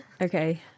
Okay